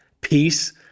peace